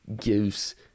gives